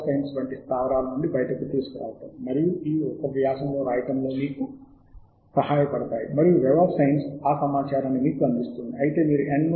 Scopus మీకు సమాచారమును నేరుగా బిబ్ ఫైల్ గా ఇస్తోంది మరియు మీరు మీ వ్యాసాన్ని సృష్టించడానికి ఈ బిబ్ ఫైల్ లాటెక్స్ సాఫ్ట్వేర్ను ఉపయోగించవచ్చు